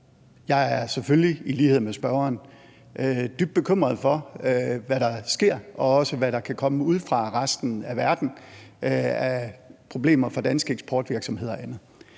jeg er selvfølgelig i lighed med spørgeren dybt bekymret for, hvad der sker, og også for, hvad der kan komme ude fra resten af verden af problemer for danske eksportvirksomheder og andet.